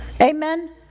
Amen